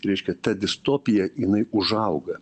reiškia ta distopija jinai užauga